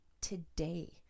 today